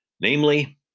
namely